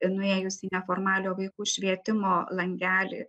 nuėjus į neformaliojo vaikų švietimo langelį